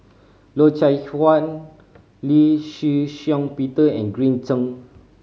Loy Chye Chuan Lee Shih Shiong Peter and Green Zeng